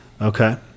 Okay